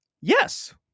Yes